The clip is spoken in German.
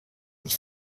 ich